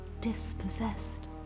dispossessed